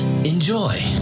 Enjoy